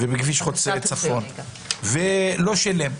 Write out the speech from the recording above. צפון ולא שילם?